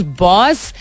boss